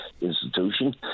institution